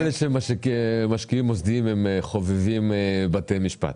לא נראה לי שמשקיעים מוסדיים חובבים בתי משפט.